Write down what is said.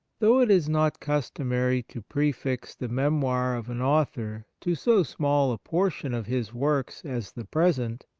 though it is not customary to prefix the memoir of an author to so small a portion of his works as the present,